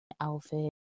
outfit